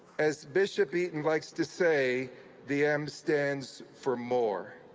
as bishop eaton likes to say the m stands for more.